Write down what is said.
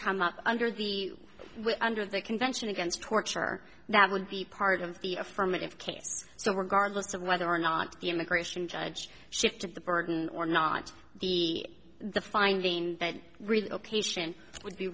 come up under the under the convention against torture that would be part of the affirmative case so regardless of whether or not the immigration judge shifted the burden or not the the finding that